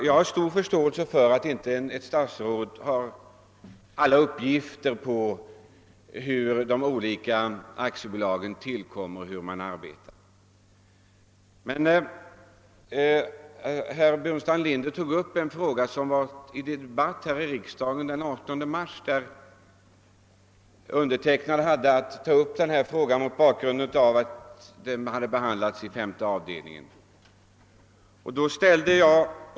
Jag har stor förståelse för att ett statsråd inte kan ha alla uppgifter i samband med olika aktiebolags tillkomst och verksamhet aktuella för sig. Herr Burenstam Linder tog emellertid upp en fråga som behandlades i en debatt här i riksdagen den 18 mars, varvid jag yttrade mig mot bakgrunden av att ärendet hade behandlats i statsutskottets femte avdelning.